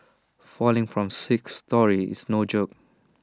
falling from sixth storey is no joke